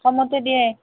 কমতে দিয়ে